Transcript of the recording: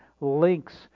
links